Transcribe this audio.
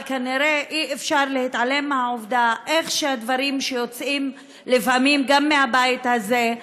אבל כנראה אי-אפשר להתעלם מאיך שהדברים יוצאים לפעמים גם מהבית הזה,